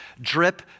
Drip